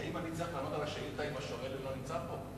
האם אני צריך לענות על השאילתא אם השואל אינו נמצא פה?